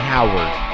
Howard